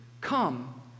Come